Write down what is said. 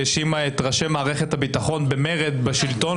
שהאשימה את ראשי מערכת הביטחון במרד בשלטון,